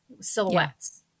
Silhouettes